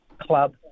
club